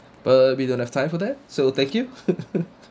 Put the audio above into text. but we don't have time for that so thank you